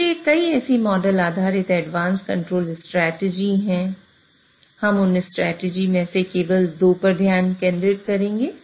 इसलिए कई ऐसी मॉडल आधारित एडवांस कंट्रोल स्ट्रेटजी हैं हम उन स्ट्रेटजी में से केवल 2 पर ध्यान केंद्रित करेंगे